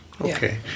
okay